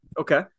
Okay